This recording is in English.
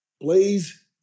Blaze